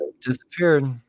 disappeared